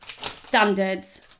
standards